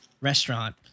restaurant